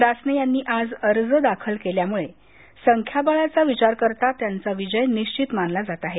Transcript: रासने यांनी आज अर्ज दाखल केल्यामुळे संख्याबळाचा विचार करता त्यांचा विजय निश्वित आहे